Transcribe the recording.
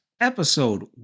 episode